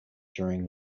during